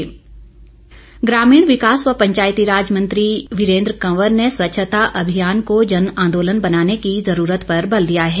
वीरेंद्र कंवर ग्रामीण विकास व पंचायतीराज मंत्री वीरेंद्र कंवर ने स्वच्छता अभियान को जन आंदोलन बनाने की जरूरत पर बल दिया है